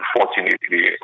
unfortunately